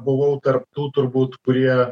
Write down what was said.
buvau tarp tų turbūt kurie